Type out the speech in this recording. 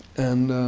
and